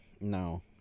no